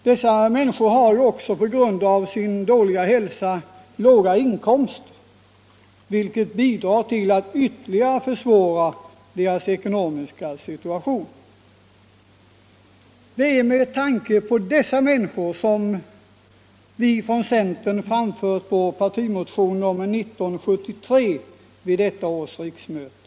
Dessa människor har också på grund av sin dåliga hälsa låga inkomster, vilket bidrar till att ytterligare försvåra deras ekonomiska situation. Det är med tanke på dessa människor som vi från centern har väckt vår partimotion nr 1973 vid detta års riksmöte.